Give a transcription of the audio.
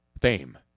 Fame